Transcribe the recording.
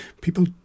people